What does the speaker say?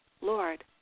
Lord